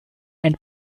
and